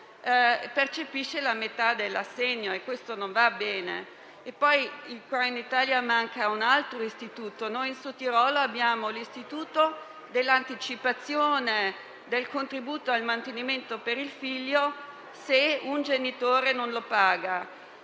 percepisca la metà dell'assegno e questo non va bene. Inoltre, in Italia manca un altro istituto che noi in Sudtirolo abbiamo: l'istituto dell'anticipazione del contributo al mantenimento per il figlio se un genitore non lo paga.